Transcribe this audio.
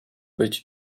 być